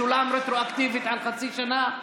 שולם רטרואקטיבית על חצי שנה.